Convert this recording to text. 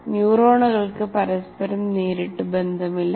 ന്യൂറോണുകൾക്ക് പരസ്പരം നേരിട്ട് ബന്ധമില്ല